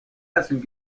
هستیم